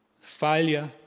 failure